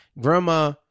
grandma